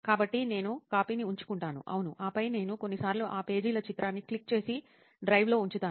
కాబట్టి నేను కాపీని ఉంచుకుంటాను అవును ఆపై నేను కొన్నిసార్లు ఆ పేజీల చిత్రాన్ని క్లిక్ చేసి డ్రైవ్లో ఉంచుతాను